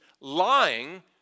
lying